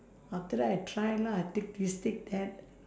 after that I try lah take this take that